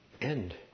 end